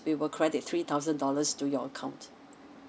we will credit three thousand dollars to your account